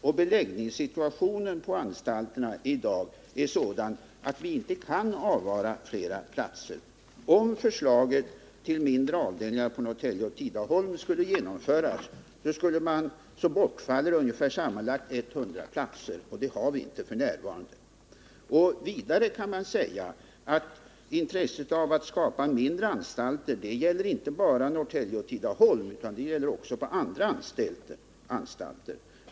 Beläggningssituationen på anstalterna är i dag sådan att vi inte kan avvara flera platser. Om förslaget till mindre avdelningar i Tidaholm och Norrtälje skulle genomföras, skulle sammanlagt ungefär 100 platser bortfalla. Det har vi inte råd med f.n. Intresset för att skapa mindre anstalter gäller inte bara Tidaholm och Norrtälje utan också andra anstalter.